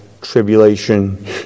tribulation